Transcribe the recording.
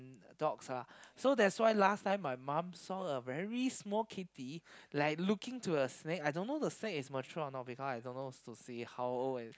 adults lah so that's why last time my mum saw a very small kitty like looking to a snake I don't know the snake is mature or not because I don't knows to see how old is